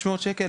שכר.